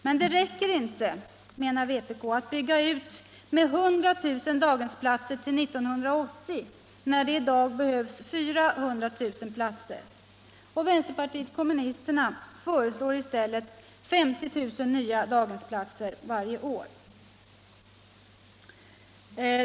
Men det räcker inte, menar vpk, att bygga ut med 100 000 daghemsplatser till 1980, när det i dag behövs 400 000 platser. Vpk föreslår i stället 50 000 nya daghemsplatser varje år.